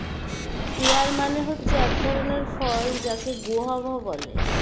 pair মানে হচ্ছে এক ধরণের ফল যাকে গোয়াভা বলে